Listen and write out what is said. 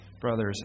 brothers